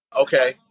okay